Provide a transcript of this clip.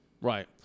Right